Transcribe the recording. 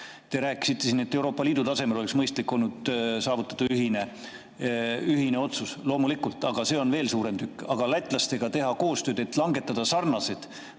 Te rääkisite siin, et Euroopa Liidu tasemel oleks olnud mõistlik saavutada ühine otsus. Loomulikult, aga see on veel suurem tükk. Teha lätlastega koostööd, et langetada sarnased